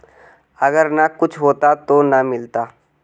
अगर न कुछ होता तो न मिलता?